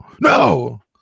no